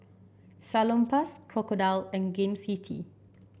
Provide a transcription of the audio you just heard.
Salonpas Crocodile and Gain City